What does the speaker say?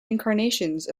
incarnations